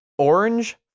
Orange